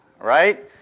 right